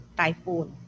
typhoon